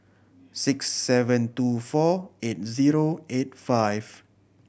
six seven two four eight zero eight five